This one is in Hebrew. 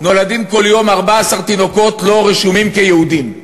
נולדים כל יום 14 תינוקות שלא רשומים כיהודים.